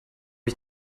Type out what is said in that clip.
ich